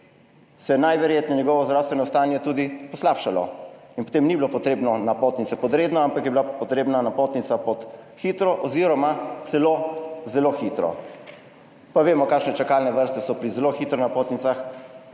se je najverjetneje njegovo zdravstveno stanje tudi poslabšalo in potem ni bilo potrebno napotnice pod redno, ampak je bila potrebna napotnica pod hitro oziroma celo zelo hitro, pa vemo, kakšne čakalne vrste so pri zelo hitro napotnicah,